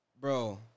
Bro